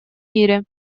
мире